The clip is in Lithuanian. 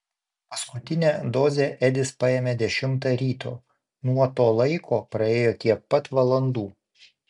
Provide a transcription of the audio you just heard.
paskutinę dozę edis paėmė dešimtą ryto nuo to laiko praėjo tiek pat valandų